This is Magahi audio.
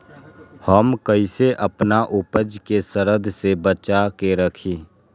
हम कईसे अपना उपज के सरद से बचा के रखी?